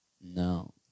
No